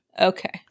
okay